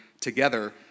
together